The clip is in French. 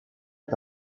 est